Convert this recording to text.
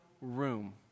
room